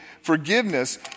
Forgiveness